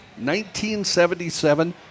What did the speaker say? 1977